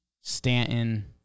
Stanton